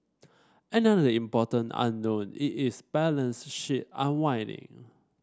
another important unknown is its balance sheet unwinding